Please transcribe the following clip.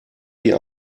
wie